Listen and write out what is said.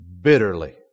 Bitterly